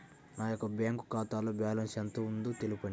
నా యొక్క బ్యాంక్ ఖాతాలో బ్యాలెన్స్ ఎంత ఉందో తెలపండి?